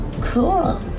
Cool